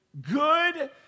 good